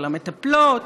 על המטפלות,